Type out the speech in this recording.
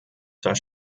zwar